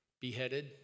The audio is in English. beheaded